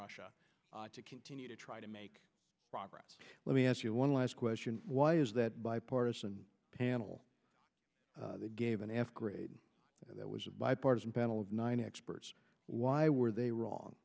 russia to continue to try to make progress let me ask you one last question why is that bipartisan panel they gave an f grade that was a bipartisan panel of nine experts why were they wrong